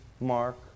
Mark